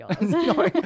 no